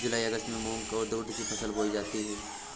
जूलाई अगस्त में मूंग और उर्द की फसल बोई जाती है